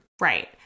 Right